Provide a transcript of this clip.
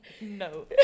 No